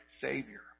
Savior